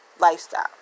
lifestyle